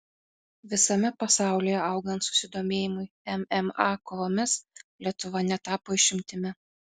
visame pasaulyje augant susidomėjimui mma kovomis lietuva netapo išimtimi